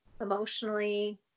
emotionally